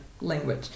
language